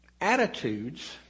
attitudes